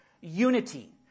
unity